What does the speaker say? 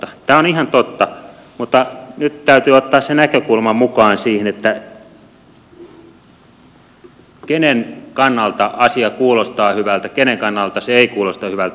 tämä on ihan totta mutta nyt täytyy ottaa se näkökulma mukaan siihen kenen kannalta asia kuulostaa hyvältä kenen kannalta se ei kuulosta hyvältä